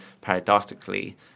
paradoxically